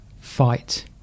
fight